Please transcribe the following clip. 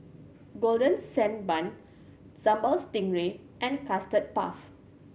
Golden Sand Bun Sambal Stingray and Custard Puff